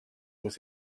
was